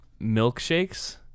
milkshakes